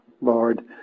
Lord